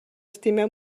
estimeu